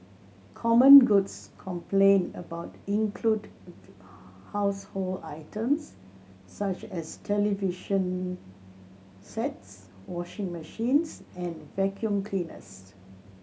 common goods complained about include household items such as television sets washing machines and vacuum cleaners